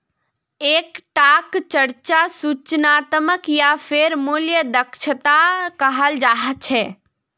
एक टाक चर्चा सूचनात्मक या फेर मूल्य दक्षता कहाल जा छे